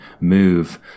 move